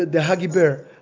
ah the huggie-bear,